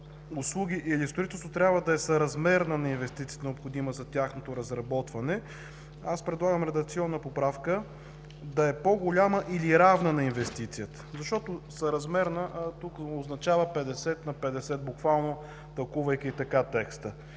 услуги или строителство трябва да е съразмерна на инвестицията, необходима за тяхното разработване”. Предлагам редакционна поправка – „да е по-голяма или равна на инвестицията”, защото „съразмерна” тук означава 50 на 50, буквално тълкувайки така текста.